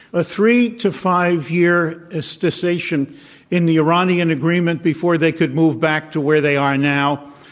a three to five-year ah cessation in the iranian agreement before they could move back to where they are now.